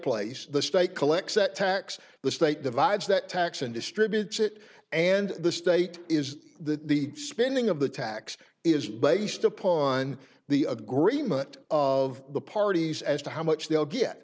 place the state collects that tax the state divides that tax and distributes it and the state is that the spending of the tax is based upon the agreement of the parties as to how much they'll get